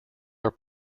are